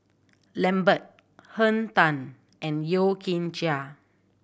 Lambert Henn Tan and Yeo Kian Chai